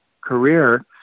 career